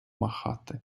махати